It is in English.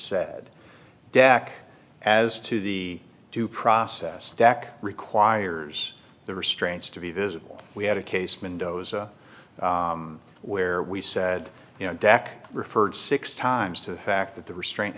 said jack as to the due process stack requires the restraints to be visible we had a case mendoza where we said you know jack referred six times to the fact that the restraint